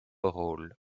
rôle